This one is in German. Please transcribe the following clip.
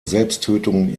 selbsttötung